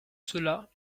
cela